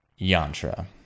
yantra